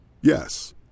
Yes